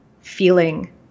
feeling